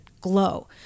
glow